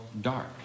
dark